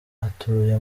atuye